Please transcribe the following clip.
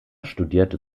studierte